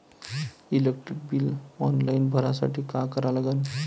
Electric bill online भरासाठी का करा लागन?